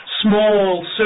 small